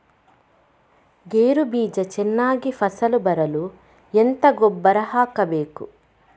ಗೇರು ಬೀಜ ಚೆನ್ನಾಗಿ ಫಸಲು ಬರಲು ಎಂತ ಗೊಬ್ಬರ ಹಾಕಬೇಕು?